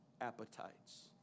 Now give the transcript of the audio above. appetites